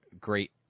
great